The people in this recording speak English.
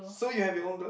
so you have your own gloves